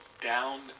down